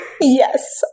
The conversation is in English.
Yes